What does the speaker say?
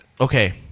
okay